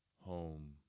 home